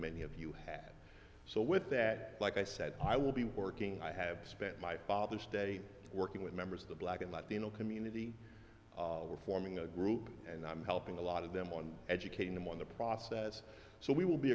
many of you have so with that like i said i will be working i have spent my father's day working with members of the black and latino community we're forming a group and i'm helping a lot of them on educating them on the process so we will be